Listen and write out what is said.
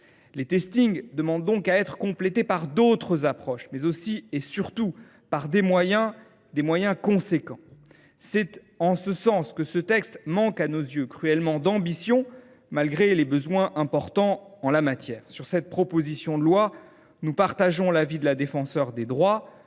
Les demandent donc à être complétés par d’autres approches, mais aussi et surtout par des moyens importants. C’est de ce point de vue que ce texte nous semble manquer cruellement d’ambition, malgré les besoins importants en la matière. Sur cette proposition de loi, nous partageons l’avis de la Défenseure des droits